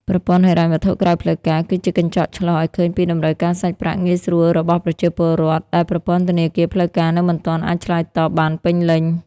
ប្រព័ន្ធហិរញ្ញវត្ថុក្រៅផ្លូវការគឺជា "កញ្ចក់ឆ្លុះ" ឱ្យឃើញពីតម្រូវការសាច់ប្រាក់ងាយស្រួលរបស់ប្រជាពលរដ្ឋ ដែលប្រព័ន្ធធនាគារផ្លូវការនៅមិនទាន់អាចឆ្លើយតបបានពេញលេញ។